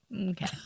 Okay